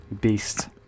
beast